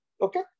Okay